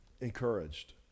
encouraged